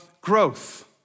growth